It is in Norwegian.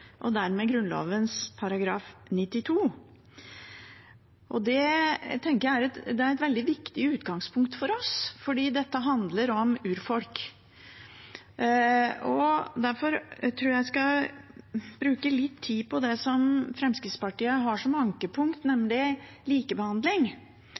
og dermed Grunnloven § 92. Det tenker jeg er et veldig viktig utgangspunkt for oss, fordi dette handler om urfolk. Derfor tror jeg at jeg skal bruke litt tid på det som Fremskrittspartiet har som ankepunkt,